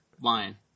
line